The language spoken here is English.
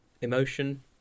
emotion